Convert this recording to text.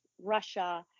Russia